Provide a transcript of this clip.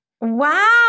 wow